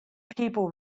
people